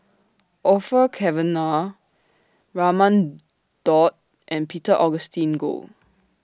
Orfeur Cavenagh Raman Daud and Peter Augustine Goh